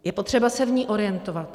Je potřeba se v ní orientovat.